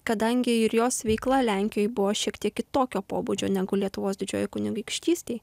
kadangi ir jos veikla lenkijoj buvo šiek tiek kitokio pobūdžio negu lietuvos didžiojoj kunigaikštystėj